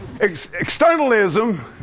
Externalism